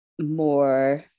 more